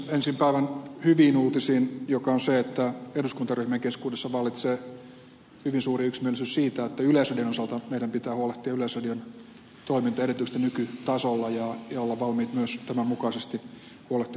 ensin päivän hyviin uutisiin joka on se että eduskuntaryhmien keskuudessa vallitsee hyvin suuri yksimielisyys siitä että yleisradion osalta meidän pitää huolehtia yleisradion toimintaedellytyksistä nykytasolla ja olla valmiit myös tämän mukaisesti huolehtimaan yleisradion rahoituksesta